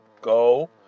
go